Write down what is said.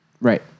Right